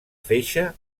feixa